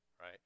right